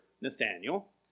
Nathaniel